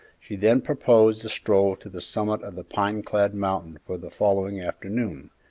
she then proposed a stroll to the summit of the pine-clad mountain for the following afternoon,